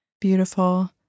beautiful